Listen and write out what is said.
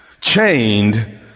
chained